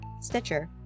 Stitcher